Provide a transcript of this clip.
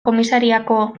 komisariako